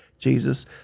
jesus